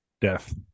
death